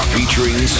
Featuring